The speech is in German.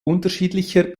unterschiedlicher